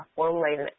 formulate